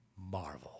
marvel